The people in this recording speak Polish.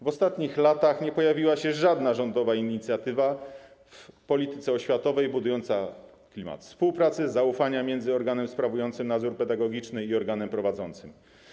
W ostatnich latach nie pojawiła się żadna rządowa inicjatywa w polityce oświatowej budująca klimat współpracy, zaufania między organem sprawującym nadzór pedagogiczny i organem prowadzącym.